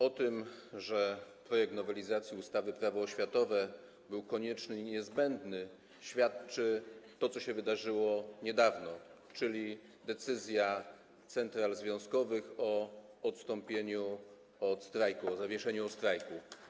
O tym, że projekt nowelizacji ustawy Prawo oświatowe był konieczny i niezbędny, świadczy to, co się wydarzyło niedawno, czyli decyzja central związkowych o odstąpieniu od strajku, o zawieszeniu strajku.